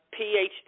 PhD